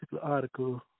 article